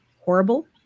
horrible